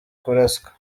kuraswa